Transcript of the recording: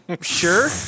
Sure